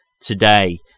today